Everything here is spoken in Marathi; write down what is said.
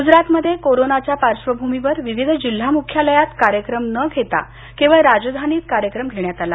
गुजरातमध्ये कोरोनाच्या पार्बभूमीवर विविध जिल्हा मुख्यालयात कार्यक्रम न घेता केवळ राजधानीत कार्यक्रम घेण्यात आला